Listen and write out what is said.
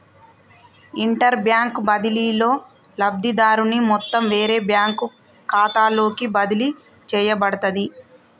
interbank బదిలీలో, లబ్ధిదారుని మొత్తం వేరే బ్యాంకు ఖాతాలోకి బదిలీ చేయబడుతది